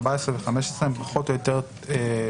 14 ו-15 הם פחות או יתר דומים.